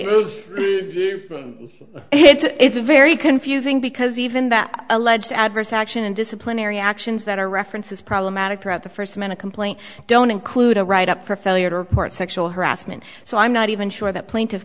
day it's a very confusing because even that alleged adverse action and disciplinary actions that are references problematic throughout the first minute complaint don't include a write up for failure to report sexual harassment so i'm not even sure that plaint